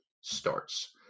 starts